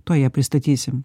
tuoj ją pristatysim